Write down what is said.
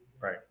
right